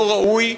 לא ראוי,